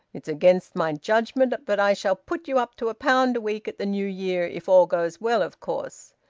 it's against my judgement, but i shall put you up to a pound a week at the new year, if all goes well, of course.